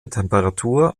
temperatur